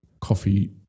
coffee